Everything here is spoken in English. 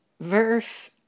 Verse